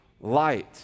light